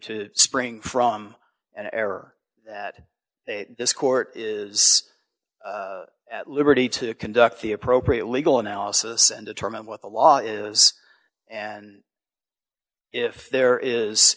to spring from an error that this court is at liberty to conduct the appropriate legal analysis and determine what the law is and if there